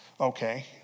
okay